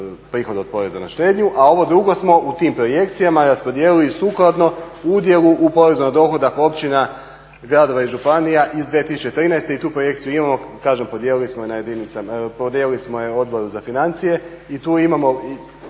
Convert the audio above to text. prihod od poreza na štednju, a ovo drugo smo u tim projekcijama raspodijelili sukladno udjelu u porezu na dohodak općina, gradova i županija iz 2013.i tu projekciju imamo. Kažem podijelili smo je Odboru za financije i ta